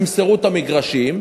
ימסרו את המגרשים,